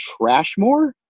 Trashmore